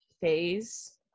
phase